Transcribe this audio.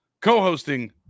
co-hosting